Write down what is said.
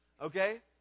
okay